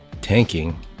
tanking